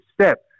step